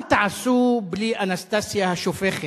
מה תעשו בלי אנסטסיה השופכת?